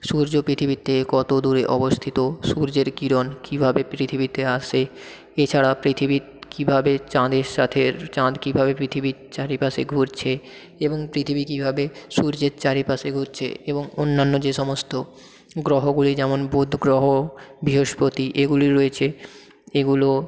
সূর্য পৃথিবীর থেকে কত দূরে অবস্থিত সূর্যের কিরণ কীভাবে পৃথিবীতে আসে এছাড়া পৃথিবী কীভাবে চাঁদের সাথের চাঁদ কীভাবে পৃথিবীর চারিপাশে ঘুরছে এবং পৃথিবী কীভাবে সূর্যের চারিপাশে ঘুরছে এবং অন্যান্য যে সমস্ত গ্রহগুলি যেমন বুধ গ্রহ বৃহস্পতি এগুলি রয়েছে এগুলো